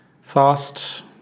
fast